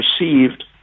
received